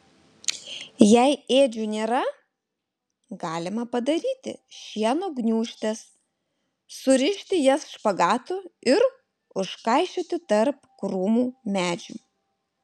jei ėdžių nėra galima padaryti šieno gniūžtes surišti jas špagatu ir užkaišioti tarp krūmų medžių